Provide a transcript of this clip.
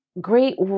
great